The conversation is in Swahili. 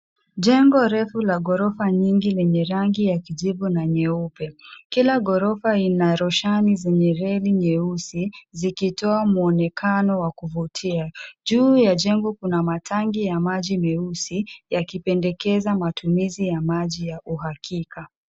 Jengo refu la ghorofa nyingi lenye rangi ya kijivu na nyeupe. Kila ghorofa ina roshani zenye reli nyeusi zikitoa mwonekano wa kuvutia. Juu ya jengo kuna matanki ya maji meusi yakipendekeza matumizi ya maji ya uhakika.